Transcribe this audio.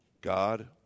God